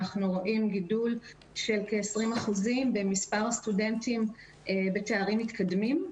אנו רואים גידול של כ-20% במספר הסטודנטים בתארים מתקדמים.